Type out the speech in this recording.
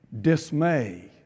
dismay